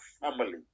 family